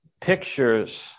pictures